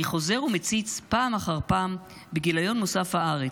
אני חוזר ומציץ פעם אחר פעם בגיליון מוסף הארץ.